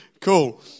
Cool